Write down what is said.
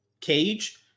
Cage